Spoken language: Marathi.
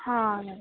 हां